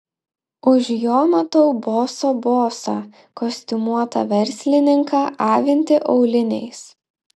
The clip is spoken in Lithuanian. už jo matau boso bosą kostiumuotą verslininką avintį auliniais